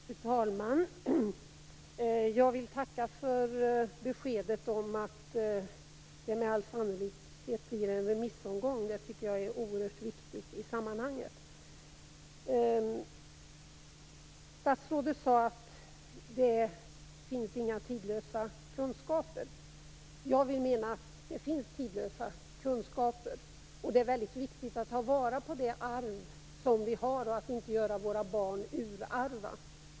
Fru talman! Jag vill tacka för beskedet om att det med all sannolikhet blir en remissomgång. Det är oerhört viktigt i sammanhanget. Statsrådet sade att det inte finns några tidlösa kunskaper. Jag vill mena att det finns tidlösa kunskaper. Det är viktigt att ta vara på det arv vi har och inte göra våra barn urarva.